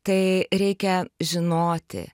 tai reikia žinoti